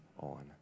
on